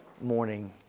morning